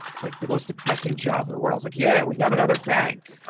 it's like the most depressing job in the world, like, yeah! we got another bank!